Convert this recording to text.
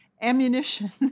Ammunition